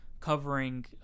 covering